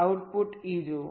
output E જુઓ